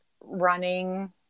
running